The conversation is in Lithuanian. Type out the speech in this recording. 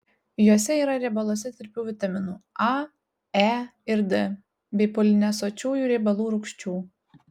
juose yra riebaluose tirpių vitaminų a e ir d bei polinesočiųjų riebalų rūgščių